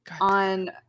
On